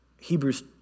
Hebrews